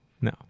no